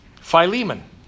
Philemon